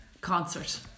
concert